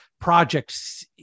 projects